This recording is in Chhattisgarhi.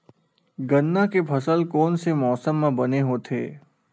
गन्ना के फसल कोन से मौसम म बने होथे?